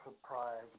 surprised